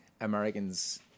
Americans